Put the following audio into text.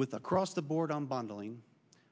with across the board on bundling